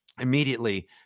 immediately